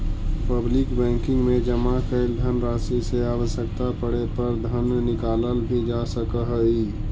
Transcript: public banking में जमा कैल धनराशि से आवश्यकता पड़े पर धन निकालल भी जा सकऽ हइ